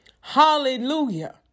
Hallelujah